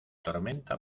tormenta